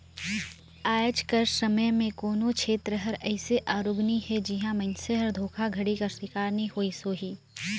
आएज कर समे में कोनो छेत्र हर अइसे आरूग नी हे जिहां मइनसे हर धोखाघड़ी कर सिकार नी होइस होही